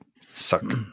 suck